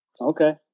Okay